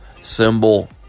symbol